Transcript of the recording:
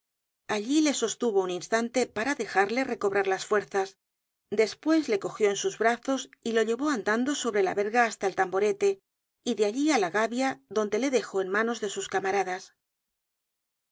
allí le sostuvo un instante para dejarle recobrar las fuerzas despues le cogió en sus brazos y lo llevó andando sobre la verga hasta el tamborete y de allí á la gavia donde le dejó en manos de sus camaradas